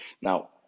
now